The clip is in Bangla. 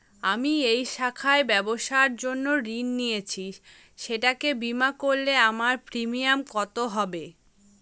আমি এই শাখায় ব্যবসার জন্য ঋণ নিয়েছি সেটাকে বিমা করলে আমার প্রিমিয়াম কত হবে?